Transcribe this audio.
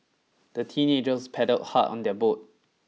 the teenagers paddled hard on their boat